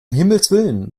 himmelswillen